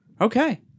Okay